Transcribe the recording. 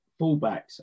fullbacks